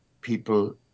people